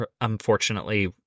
unfortunately